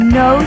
no